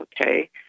okay